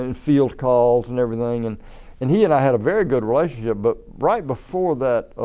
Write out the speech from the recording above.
and field calls and everything and and he and i had a very good relationship. but right before that,